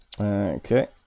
Okay